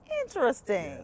Interesting